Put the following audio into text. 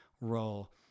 role